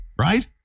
right